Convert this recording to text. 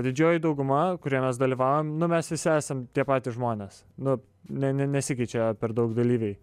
didžioji dauguma kurie mes dalyvaujam nu mes visi esam tie patys žmonės nu ne ne nesikeičia per daug dalyviai